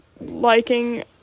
liking